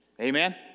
Amen